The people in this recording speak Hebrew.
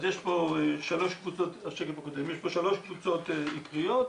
אז יש פה שלוש קבוצות עיקריות.